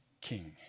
king